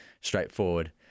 straightforward